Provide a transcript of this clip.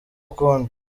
ukundi